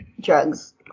drugs